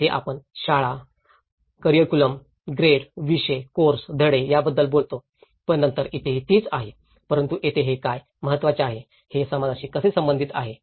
येथे आपण शाळा करिक्युलम ग्रेड विषय कोर्स धडे याबद्दल बोलतो पण नंतर इथेही तीच आहे परंतु येथे हे काय महत्वाचे आहे ते समाजाशी कसे संबंधित आहेत